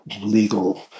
legal